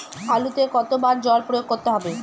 আলুতে কতো বার জল প্রয়োগ করতে হবে?